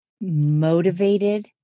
motivated